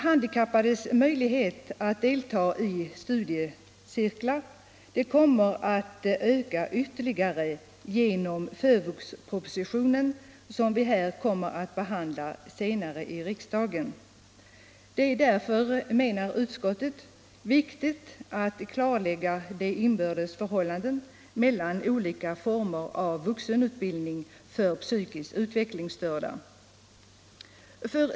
Handikappades möjlighet att delta i cirkelstudier kommer att öka ytterligare genom FÖVUX-propositionen 1975:23, som vi kommer att behandla senare i riksdagen. Det är, menar utskottet, viktigt att klarlägga de inbördes förhållandena mellan olika former av vuxenutbildning för psykiskt utvecklingsstörda.